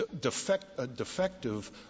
defective